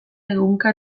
ehunka